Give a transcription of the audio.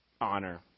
honor